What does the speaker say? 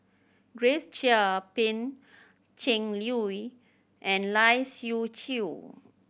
Grace Chia Pan Cheng Lui and Lai Siu Chiu